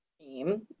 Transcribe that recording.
team